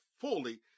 fully